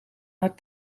haar